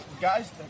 guys